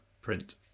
Print